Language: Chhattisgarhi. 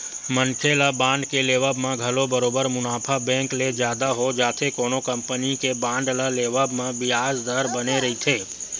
मनखे ल बांड के लेवब म घलो बरोबर मुनाफा बेंक ले जादा हो जाथे कोनो कंपनी के बांड ल लेवब म बियाज दर बने रहिथे